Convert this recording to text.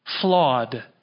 flawed